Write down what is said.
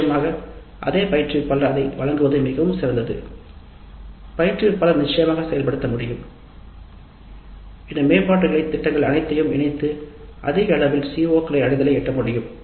நிச்சயமாக அதே பயிற்றுவிப்பாளர் அதை வழங்குவது மிகவும் சிறந்தது பயிற்றுவிப்பாளர் நிச்சயமாக செயல்படுத்த முடியும் இந்த மேம்பாட்டுத் திட்டங்கள் அனைத்தையும் இணைத்து அதிக அளவில் CO அடைவதை அடையலாம்